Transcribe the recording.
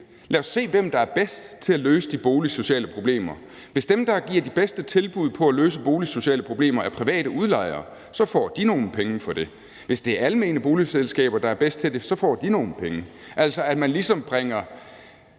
lad os se, hvem der er bedst til at løse de boligsociale problemer. Hvis dem, der giver de bedste tilbud på at løse boligsociale problemer, er private udlejere, så får de nogle penge for det. Hvis det er almene boligselskaber, der er bedst til det, så får de nogle penge ‒ altså at man ligesom bringer